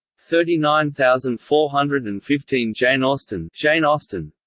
thirty nine thousand four hundred and fifteen janeausten janeausten